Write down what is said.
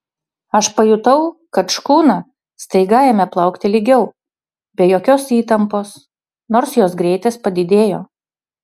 aš pajutau kad škuna staiga ėmė plaukti lygiau be jokios įtampos nors jos greitis padidėjo